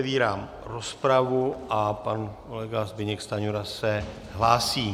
Otevírám rozpravu a pan kolega Zbyněk Stanjura se hlásí.